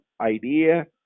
idea